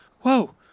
whoa